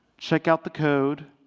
check out the code,